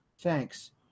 Thanks